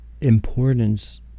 Importance